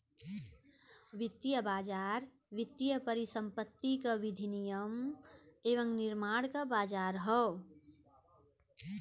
वित्तीय बाज़ार वित्तीय परिसंपत्ति क विनियम एवं निर्माण क बाज़ार हौ